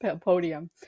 podium